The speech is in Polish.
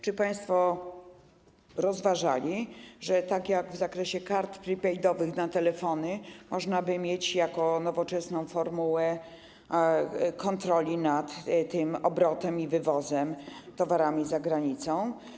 Czy państwo rozważali to, że tak jak w przypadku kart prepaidowych na telefony można by mieć jako nowoczesną formułę kontroli nad tym obrotem i wywozem towarami za granicą?